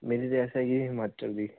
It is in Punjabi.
ਮੇਰੀ ਰਿਹਾਇਸ਼ ਹੈਗੀ ਹਿਮਾਚਲ ਦੀ